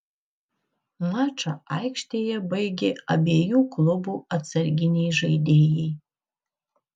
mačą aikštėje baigė abiejų klubų atsarginiai žaidėjai